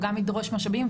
והוא גם ידרוש משאבים.